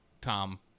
Tom